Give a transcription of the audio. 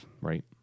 Right